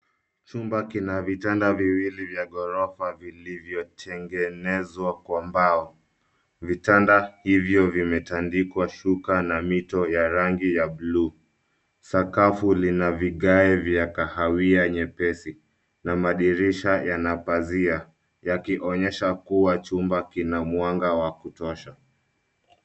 Chumba kina vitanda viwili vya ghorofa, vilivyotengenezwa kwa mbao. Vitanda hivyo vimetandikwa shuka na mito ya rangi ya blue . Sakafu lina vigae vya kahawia nyepesi, na madirisha yana pazia, yakionyesha kua chumba kina mwanga wa kutosha.